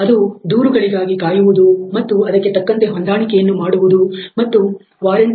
ಅದು ದೂರುಗಗಳಿಗಾಗಿ ಕಾಯುವುದು ಮತ್ತು ಅದಕ್ಕೆ ತಕ್ಕಂತೆ ಹೊಂದಾಣಿಕೆಯನ್ನು ಮಾಡುವುದು ಮತ್ತು ವಾರಂಟಿwarranty